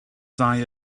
dau